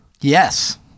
Yes